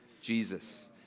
Jesus